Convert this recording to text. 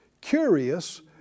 curious